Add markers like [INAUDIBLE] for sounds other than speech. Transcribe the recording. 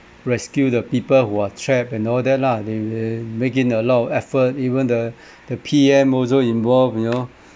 rescue the people who are trapped and all that lah they they making a lot of effort even the [BREATH] the P_M also involved you know